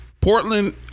Portland